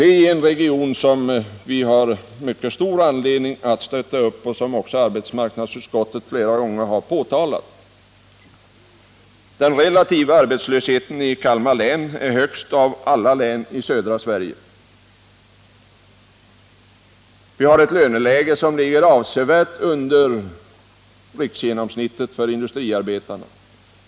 Detta gäller då en region som vi har mycket stor anledning att stödja, vilket arbetsmarknadsutskottet också flera gånger har framhållit. Den relativa arbetslösheten i Kalmar län är högst i hela södra Sverige. Vi har ett löneläge som ligger avsevärt under riksgenomsnittet när det gäller industriarbetarna.